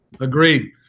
Agreed